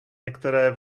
některé